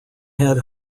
had